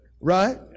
right